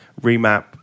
remap